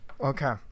Okay